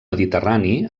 mediterrani